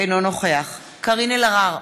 אינו נוכח קארין אלהרר,